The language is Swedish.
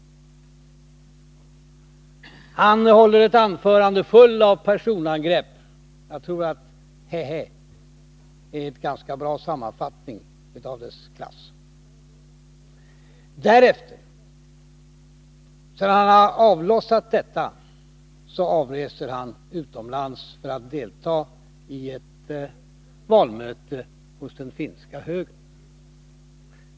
Han höll ett anförande fullt av personangrepp mot mig. Jag tror att ”hä hä” är en ganska bra sammanfattning av dess klass. Därefter, sedan han avlossat denna salva, avreser han utomlands för att delta i ett valmöte hos den finska högern.